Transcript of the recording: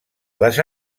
les